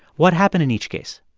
what happened in each case?